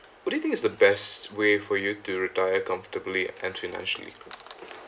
what do you think is the best way for you to retire comfortably and financially